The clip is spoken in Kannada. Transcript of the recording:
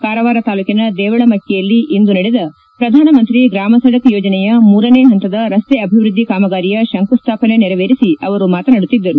ಕಾರವಾರ ತಾಲೂಕಿನ ದೇವಳಮಕಿಯಲ್ಲಿ ಇಂದು ನಡೆದ ಪ್ರಧಾನಮಂತ್ರಿ ಗ್ರಾಮ ಸಡಕ್ ಯೋಜನೆಯ ಮೂರನೇ ಪಂತದ ರಸ್ತೆ ಅಭಿವೃದ್ದಿ ಕಾಮಗಾರಿಯ ಶಂಕುಸ್ಲಾಪನೆ ನೆರವೇರಿಸಿ ಅವರು ಮಾತನಾಡುತ್ತಿದ್ದರು